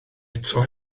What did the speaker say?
eto